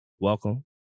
welcome